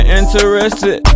interested